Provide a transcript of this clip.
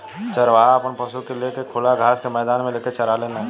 चरवाहा आपन पशु के ले के खुला घास के मैदान मे लेके चराने लेन